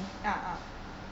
ah ah